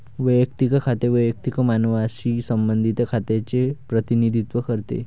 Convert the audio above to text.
वैयक्तिक खाते वैयक्तिक मानवांशी संबंधित खात्यांचे प्रतिनिधित्व करते